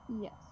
Yes